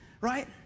right